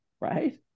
right